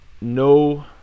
No